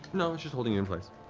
no, it's just holding you in place.